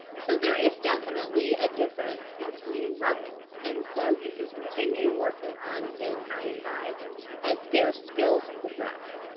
so there is definitely a difference between levels, and so you can continue working on saying hi and bye as their skills progress.